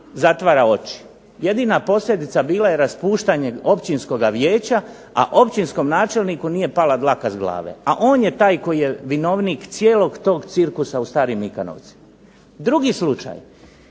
zatvara oči. Jedina posljedica bila je otpuštanje općinskoga vijeća, a općinskom načelniku nije pala dlaka s glave, a on je taj koji je vinovnik cijelog tog cirkusa u Starim Mikanovcima. Drugi slučaj,